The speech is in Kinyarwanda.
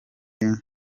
nyuma